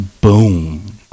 boom